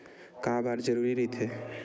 का बार जरूरी रहि थे?